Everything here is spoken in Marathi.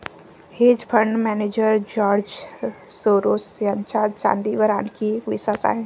hedge fund manager George Soros यांचा चांदीवर आणखी एक विश्वास आहे